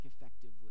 effectively